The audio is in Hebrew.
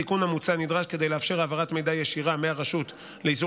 התיקון המוצע נדרש כדי לאפשר העברת מידע ישירה מהרשות לאיסור